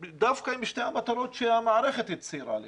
דווקא עם שתי המטרות שהמערכת הצהירה עליהן,